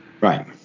Right